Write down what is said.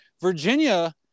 Virginia